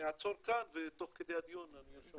אני אעצור כאן ותוך כדי הדיון אני ארשום לי הערות.